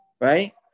right